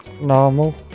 normal